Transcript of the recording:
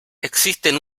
existen